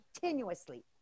continuously